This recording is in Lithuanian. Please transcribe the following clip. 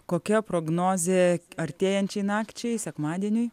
kokia prognozė artėjančiai nakčiai sekmadieniui